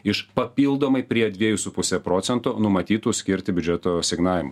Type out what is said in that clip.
iš papildomai prie dviejų su puse procento numatytų skirti biudžeto asignavimų